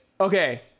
Okay